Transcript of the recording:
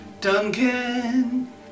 Duncan